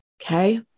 Okay